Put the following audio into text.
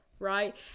right